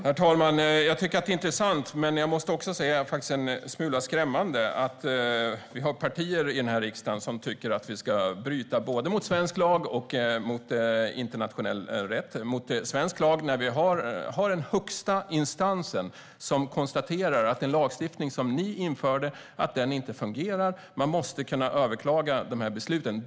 Herr talman! Jag tycker att det är intressant men också en smula skrämmande att vi har partier i den här riksdagen som tycker att vi ska bryta både mot svensk lag och mot internationell rätt. Den högsta instansen konstaterar att den lagstiftning som ni införde inte fungerar och att man måste kunna överklaga besluten.